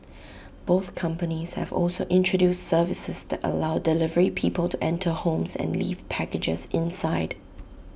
both companies have also introduced services that allow delivery people to enter homes and leave packages inside